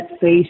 face